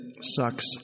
sucks